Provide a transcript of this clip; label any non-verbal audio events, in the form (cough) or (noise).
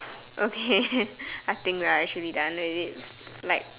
okay (laughs) I think right should be done with it like